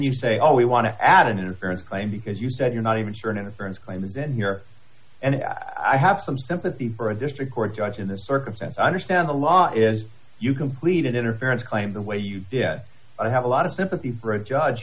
you say oh we want to add an inference claim because you said you're not even sure innocence claim is in here and i have some sympathy for a district court judge in this circumstance i understand the law is you complete interference claim the way you did i have a lot of sympathy for a judge